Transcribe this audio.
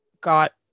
got